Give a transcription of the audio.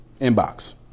inbox